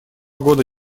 года